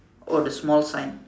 oh the small sign